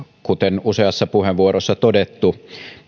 kuten on useassa puheenvuorossa todettu